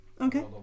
okay